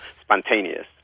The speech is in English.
spontaneous